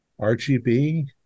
RGB